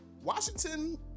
Washington